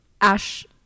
ash